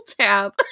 tab